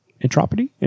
entropy